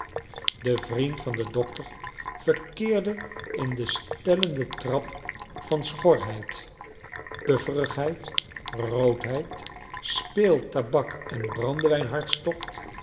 de vriend van den dokter verkeerde in den stellenden trap van schorheid pufferigheid roodheicl speeltabak en